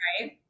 Right